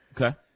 Okay